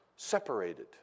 separated